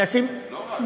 לא רק.